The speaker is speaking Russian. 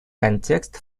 контекст